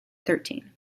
thirteen